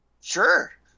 Sure